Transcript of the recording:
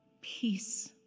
Peace